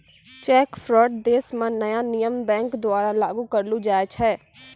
cheque fraud देश म नया नियम बैंक द्वारा लागू करलो जाय छै